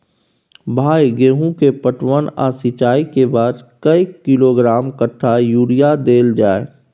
भाई गेहूं के पटवन आ सिंचाई के बाद कैए किलोग्राम कट्ठा यूरिया देल जाय?